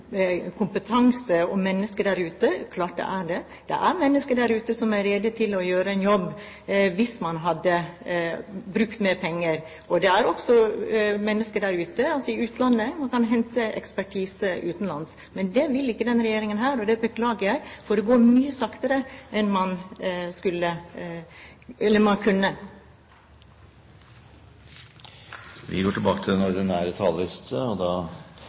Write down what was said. kompetanse og mennesker der ute – klart det er det. Det er mennesker der ute som er rede til å gjøre en jobb hvis man hadde brukt mer penger. Det er også mennesker i utlandet, og man kan hente ekspertise utenlands. Men det vil ikke denne regjeringen, og det beklager jeg, for det går mye saktere enn det kunne gjort. Replikkordskiftet er omme. Jeg har lyst til